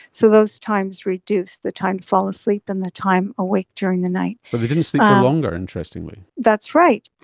so those times reduced, the time to fall asleep and the time awake during the night. but they didn't sleep for longer, interestingly. that's right,